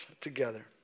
together